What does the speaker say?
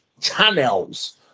channels